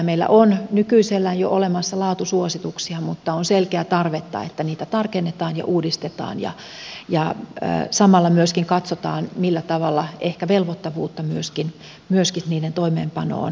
meillä on nykyisellään jo olemassa laatusuosituksia mutta on selkeää tarvetta että niitä tarkennetaan ja uudistetaan ja samalla myöskin katsotaan millä tavalla ehkä velvoittavuutta myöskin niiden toimeenpanoon lisätään